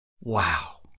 Wow